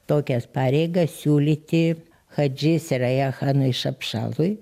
tokias pareigas siūlyti hadži seraja chanui šapšalui